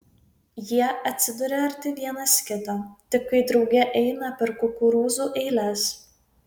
jie atsiduria arti vienas kito tik kai drauge eina per kukurūzų eiles